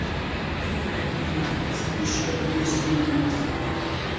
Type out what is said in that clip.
ji pardavinėjo daiktus ir nešiojo vyrui siuntinius